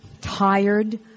tired